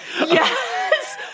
Yes